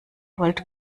wollt